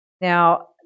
Now